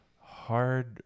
hard